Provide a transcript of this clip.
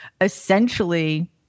essentially